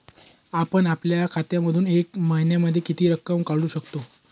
आपण आपल्या खात्यामधून एका महिन्यामधे किती रक्कम काढू शकतो?